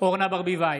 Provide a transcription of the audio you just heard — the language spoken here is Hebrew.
אורנה ברביבאי,